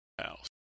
house